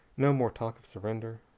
no more talk of surrender,